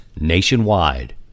nationwide